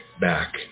back